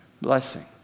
blessing